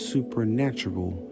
Supernatural